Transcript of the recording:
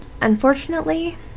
unfortunately